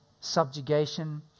subjugation